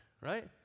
right